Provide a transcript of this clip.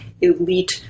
elite